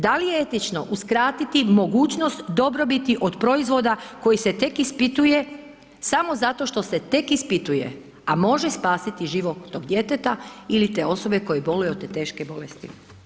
Da li je etično uskratiti mogućnost dobrobiti od proizvoda koji se tek ispituje, samo zato što se tek ispituje, a može spasiti život tog djeteta ili te osobe koja boluje od te teške bolesti.